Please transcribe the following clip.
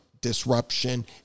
disruption